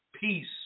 peace